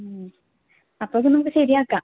അപ്പോൾ നമുക്ക് ശരിയാക്കാം